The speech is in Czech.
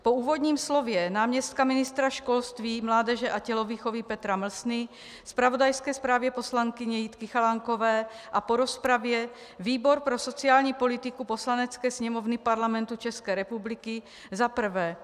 Po úvodním slově náměstka ministra školství, mládeže a tělovýchovy Petra Mlsny, zpravodajské zprávě poslankyně Jitky Chalánkové a po rozpravě výbor pro sociální politiku Poslanecké sněmovny Parlamentu ČR